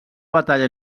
batalla